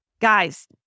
Guys